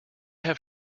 have